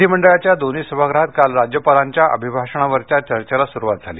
विधिमंडळाच्या दोन्ही सभागृहात काल राज्यपालांच्या अभिभाषणावरच्या चर्चेला सुरुवात झाली